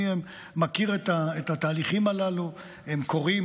אני מכיר את התהליכים הללו, הם קורים.